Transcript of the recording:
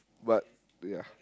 but ya